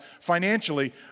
financially